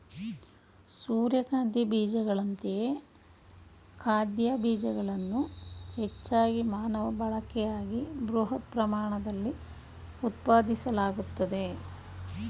ಸೂರ್ಯಕಾಂತಿ ಬೀಜಗಳಂತೆಯೇ ಖಾದ್ಯ ಬೀಜಗಳನ್ನು ಹೆಚ್ಚಾಗಿ ಮಾನವ ಬಳಕೆಗಾಗಿ ಬೃಹತ್ ಪ್ರಮಾಣದಲ್ಲಿ ಉತ್ಪಾದಿಸಲಾಗ್ತದೆ